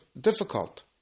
difficult